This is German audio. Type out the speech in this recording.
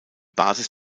basis